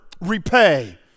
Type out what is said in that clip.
repay